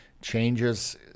changes